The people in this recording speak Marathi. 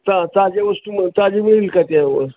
ता ताज्या वस्तू ताजे मिळेल का त्यावर